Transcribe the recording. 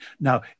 Now